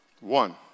one